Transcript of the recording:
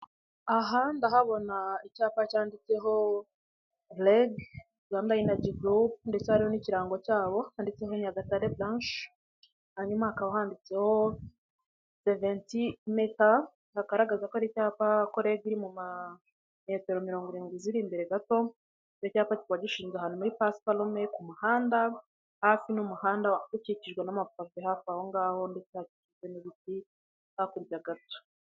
Aha ndahabona icyapa cyanditseho REG Rwanda Energy Group ndetse hari n'ikirango cyabo handitseho Nyagatare branch, hanyuma hakaba handitseho 70m hagaragaza ko ari icyapa ko REG iri muri metero mirongo irindwi ziri imbere gato, icyo cyapa kikaba gishinze ahantu muri pasiparume ku muhanda hafi n'umuhanda ukikijwe n'amapave hafi aho ngaho ndetse n'ibiti hakurya gato.